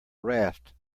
raft